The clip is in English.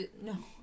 no